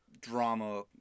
drama